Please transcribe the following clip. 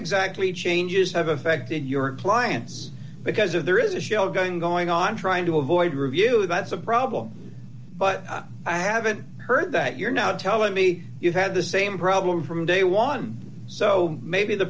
changes have affected your clients because if there is a show going going on trying to avoid review that's a problem but i haven't heard that you're now telling me you have the same problem from day one so maybe the